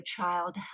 child